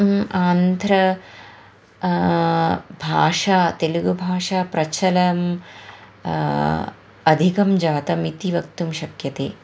आन्ध्र भाषा तेलुगुभाषा प्रचलम् अधिकं जातमिति वक्तुं शक्यते